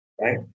right